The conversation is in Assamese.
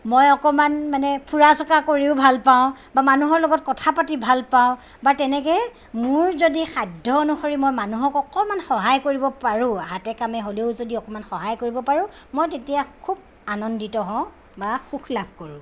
মই অকণমান মানে ফুৰা চকা কৰিও ভালপাওঁ বা মানুহৰ লগত কথা পাতি ভালপাওঁ বা তেনেকে মোৰ যদি সাধ্য অনুসৰি মই মানুহক অকণমান সহায় কৰিব পাৰোঁ হাতে কামে হ'লেও যদি অকণমান সহায় কৰিব পাৰোঁ মই তেতিয়া খুব আনন্দিত হওঁ বা সুখ লাভ কৰোঁ